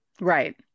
Right